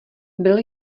byl